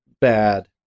Bad